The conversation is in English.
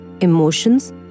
emotions